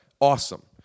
Awesome